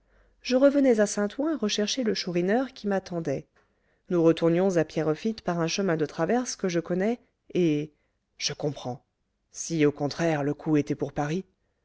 je revenais à saint-ouen rechercher le chourineur qui m'attendait nous retournions à pierrefitte par un chemin de traverse que je connais et je comprends si au contraire le coup était pour paris